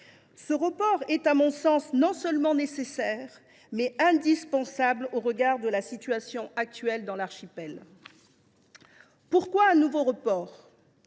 Ce report est, à mon sens, non seulement nécessaire, mais aussi indispensable au regard de la situation actuelle dans l’archipel. Pourquoi un nouveau report ?